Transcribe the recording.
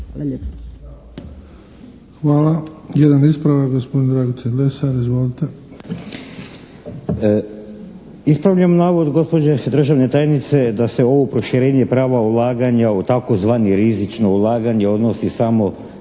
Hvala. Jedan ispravak, gospodin Dragutin Lesar. Izvolite! **Lesar, Dragutin (HNS)** Ispravljam navod gospođe državne tajnice da se ovo proširenje prava ulaganja u tzv. rizično ulaganje odnosi samo